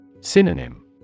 Synonym